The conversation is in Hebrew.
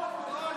לא, לא.